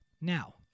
Now